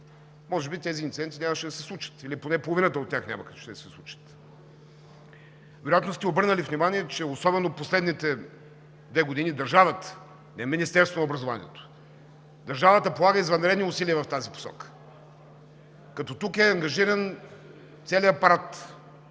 може би тези инциденти нямаше да се случат или поне половината от тях нямаше да се случат. Вероятно сте обърнали внимание, че особено последните две години държавата – не Министерството на образованието – държавата полага извънредни усилия в тази посока, като тук е ангажиран целият апарат,